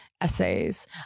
essays